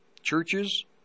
churches